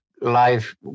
life